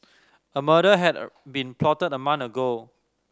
a murder had been plotted a month ago